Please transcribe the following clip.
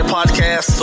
Podcast